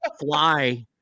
fly